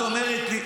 כשאת אומרת לי,